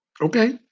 Okay